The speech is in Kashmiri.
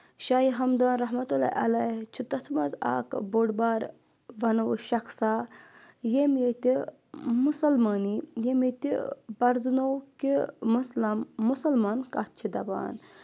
شاہِ ہمدان رحمت اللہ علی چھُ تَتھ منٛز اَکھ بوٚڑ بارٕ وَنو شخصا ییٚمہِ ییٚتہِ مُسَلمٲنی ییٚمہِ ییٚتہِ پَرزٕنو کہِ مُسلم مُسَلمان کَتھ چھِ دَپان